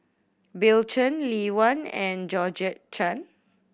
Bill Chen Lee Wen and Georgette Chen